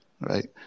right